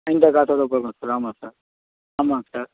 ஆ இந்த காசோடு போதும் சார் ஆமாம் சார் ஆமாங்க சார்